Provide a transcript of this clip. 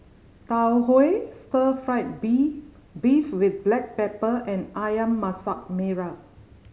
Tau Huay stir fried bee beef with black pepper and Ayam Masak Merah